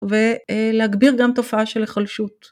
ולהגביר גם תופעה של החלשות.